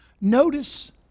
Notice